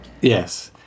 Yes